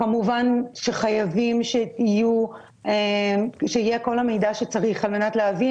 כמובן שחייבים שיהיה כל המידע שצריך על מנת להבין